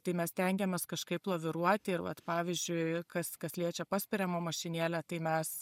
tai mes stengiamės kažkaip laviruoti ir vat pavyzdžiui kas kas liečia paspiriamą mašinėlę tai mes